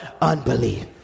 Unbelief